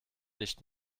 nicht